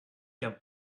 qu’un